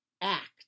Act